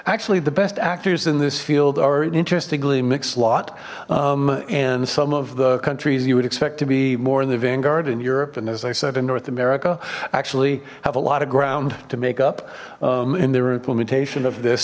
actually the best actors in this field are an interestingly mixed lot and some of the countries you would expect to be more in the vanguard in europe and as i said in north america actually have a lot of ground to make up in their implementation of this